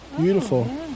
Beautiful